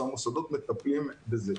והמוסדות מטפלים בזה.